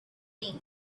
think